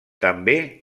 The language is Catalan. també